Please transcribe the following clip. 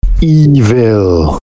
evil